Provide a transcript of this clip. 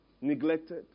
neglected